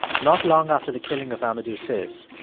not long after the killing of amadou cisse,